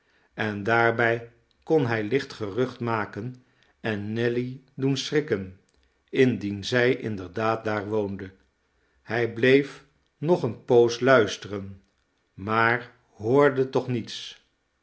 en daarbij kon hij licht gerucht maken en nelly doen schrikken indien zij inderdaad daar woonde hij bleef nog eene poos luisteren maar hoorde toch niets